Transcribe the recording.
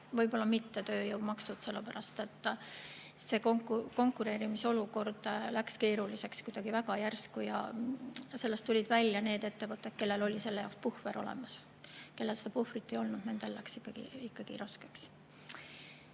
võib-olla mitte tööjõumaksud. Sellepärast et konkureerimisolukord läks keeruliseks kuidagi väga järsku ja sellest tulid välja need ettevõtted, kellel oli selle jaoks puhver olemas. Kellel seda puhvrit ei olnud, nendel läks ikkagi raskeks. Küsimuse